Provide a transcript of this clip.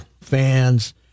fans